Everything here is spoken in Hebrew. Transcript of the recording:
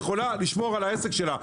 היא יכולה לשמור על העסק שלה.